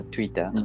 Twitter